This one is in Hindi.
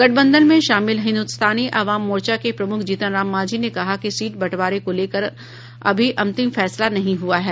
गठबंधन में शामिल हिन्दुस्तानी आवाम मोर्चा के प्रमुख जीतनराम मांझी ने कहा कि सीट बंटवारे को लेकर अभी अंतिम फैसला नहीं हुआ है